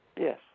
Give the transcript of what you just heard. Yes